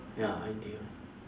ya ideal